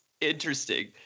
interesting